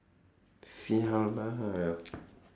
sia lah